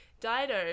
Dido